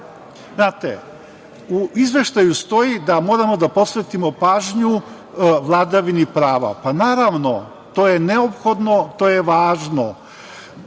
Srbiju. Znate, u Izveštaju stoji da moramo da posvetimo pažnju vladavini prava. Naravno, to je neophodno, to je važno.